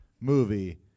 movie